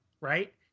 right